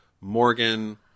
Morgan